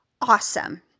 awesome